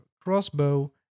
crossbow